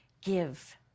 give